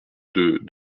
deux